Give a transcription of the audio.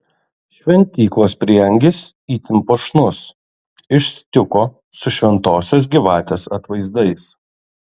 šventyklos prieangis itin puošnus iš stiuko su šventosios gyvatės atvaizdais